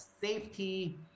safety